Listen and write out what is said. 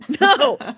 No